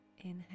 Inhale